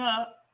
up